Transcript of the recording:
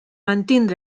mantenir